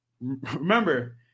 remember